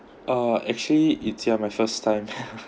uh actually it's just my first time